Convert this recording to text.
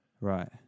Right